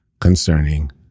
concerning